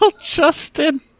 justin